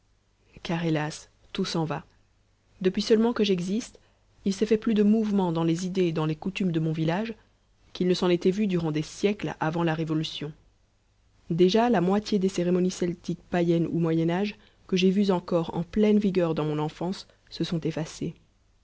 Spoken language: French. hélas tout s'en va depuis seulement que j'existe il s'est fait plus de mouvement dans les idées et dans les coutumes de mon village qu'il ne s'en était vu durant des siècles avant la révolution déjà la moitié des cérémonies celtiques païennes ou moyen âge que j'ai vues encore en pleine vigueur dans mon enfance se sont effacées